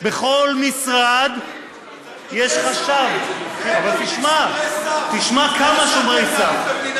בכל משרד יש חשב, צריך יותר שומרים.